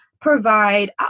provide